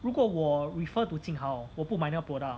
如果我 refer to jing hao 我不买那个 product